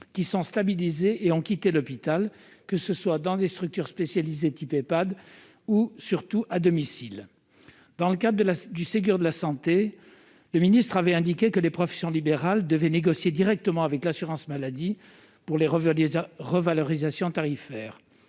qui sont stabilisés et ont quitté l'hôpital, que ce soit dans des structures spécialisées type iPad ou surtout à domicile dans le cas de la du Ségur de la santé, le ministre avait indiqué que les professions libérales devait négocier directement avec l'assurance maladie pour les revers déjà revalorisations tarifaires,